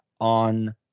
on